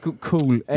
Cool